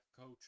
coach